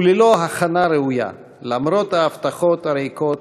וללא הכנה ראויה, למרות ההבטחות הריקות